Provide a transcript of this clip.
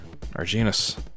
Arginus